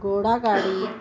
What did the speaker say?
घोड़ा गाड़ी